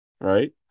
right